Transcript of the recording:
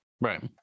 Right